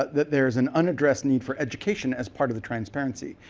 ah that there's an unaddressed need for education as part of the transparency,